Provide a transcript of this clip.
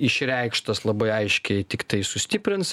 išreikštas labai aiškiai tiktai sustiprins